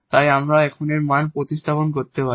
তাই আমরা এখন এর মান প্রতিস্থাপন করতে পারি